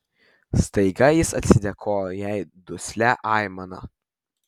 staiga jis atsidėkojo jai duslia aimana